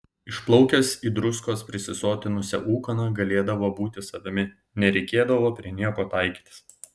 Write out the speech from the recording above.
išplaukęs į druskos prisisotinusią ūkaną galėdavo būti savimi nereikėdavo prie nieko taikytis